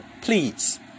Please